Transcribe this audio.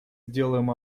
сделаем